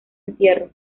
entierro